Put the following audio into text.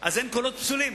אז אין קולות פסולים,